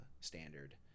standard